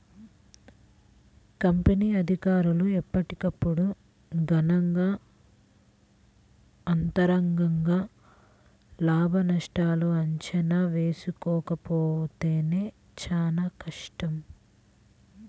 company అధికారులు ఎప్పటికప్పుడు గనక అంతర్గతంగా లాభనష్టాల అంచనా వేసుకోకపోతే చానా కష్టం